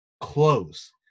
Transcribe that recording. close